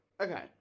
Okay